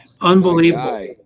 unbelievable